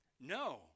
No